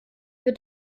wird